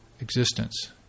existence